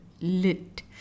Lit